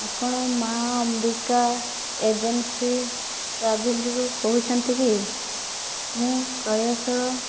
ଆପଣ ମାଆ ଅମ୍ବିକା ଏଜେନ୍ସି ଟ୍ରାଭେଲ୍ରୁ କହୁଛନ୍ତି କି ମୁଁ କାଳିଆ ଶାଳ